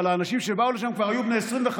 אבל האנשים שבאו לשם כבר היו בני 25,